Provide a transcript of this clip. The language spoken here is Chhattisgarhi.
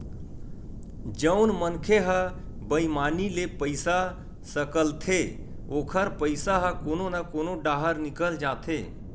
जउन मनखे ह बईमानी ले पइसा सकलथे ओखर पइसा ह कोनो न कोनो डाहर निकल जाथे